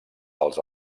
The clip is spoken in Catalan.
dels